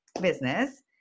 business